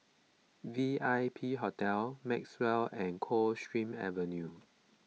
V I P Hotel Maxwell and Coldstream Avenue